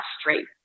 straight